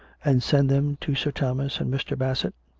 and send them to sir thomas and mr. bassett?